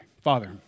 Father